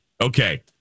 okay